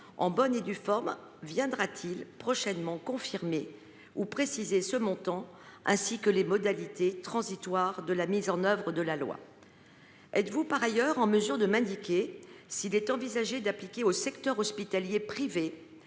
en bonne et due forme viendra t il prochainement confirmer ou préciser ce montant, ainsi que les modalités transitoires de la mise en œuvre de la loi ? Par ailleurs, êtes vous en mesure de m’indiquer s’il est envisagé d’appliquer au secteur hospitalier privé